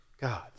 God's